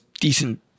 decent